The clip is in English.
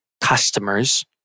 customers